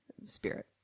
Spirit